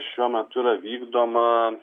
šiuo metu yra vykdoma